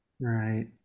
Right